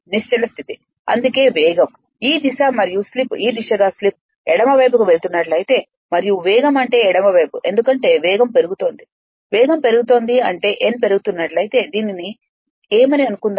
నిశ్చల స్థితి అందుకే వేగం ఈ దిశ మరియు స్లిప్ ఈ దిశగా స్లిప్ ఎడమ వైపుకు వెళుతున్నట్లయితే మరియు వేగం అంటే ఎడమవైపు ఎందుకంటే వేగం పెరుగుతోంది వేగం పెరుగుతోంది అంటే n పెరుగుతున్నట్లయితే దీనిని ఏమని అనుకుందాం